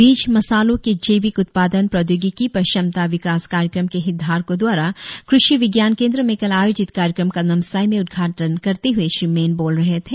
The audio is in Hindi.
बीज मसालों के जैविक उत्पादन प्रौद्योगिकी पर क्षमता विकास कार्यक्रम के हितधारको द्वारा कृषि विज्ञान केंद्र में कल आयोजित कार्यक्रम का नामसाई में उद्घाटन करते हुए श्री मैन बोल रहे थे